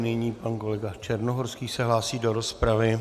Nyní pan kolega Černohorský se hlásí do rozpravy.